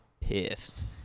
pissed